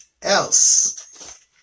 else